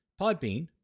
Podbean